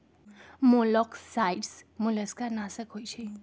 मोलॉक्साइड्स मोलस्का नाशक होइ छइ